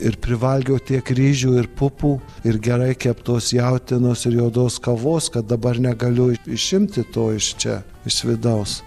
ir privalgiau tiek ryžių ir pupų ir gerai keptos jautienos ir juodos kavos kad dabar negaliu išimti to iš čia iš vidaus